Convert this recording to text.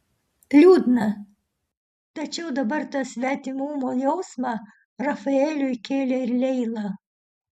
liūdna tačiau dabar tą svetimumo jausmą rafaeliui kėlė ir leila